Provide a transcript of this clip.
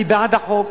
אני בעד החוק,